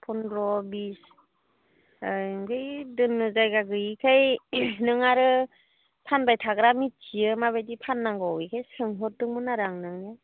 फन्द्र' बिस ओं बै दोननो जायगा गैयिखाय नों आरो फानबाय थाग्रा मिथियो माबायदि फाननांगौ ओंखायनो सोंहरदोंमोन आरो आं नोंनो